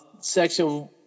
section